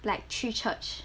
like 去 church